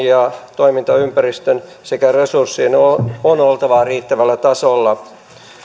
ja toimintaympäristön sekä resurssien on oltava riittävällä tasolla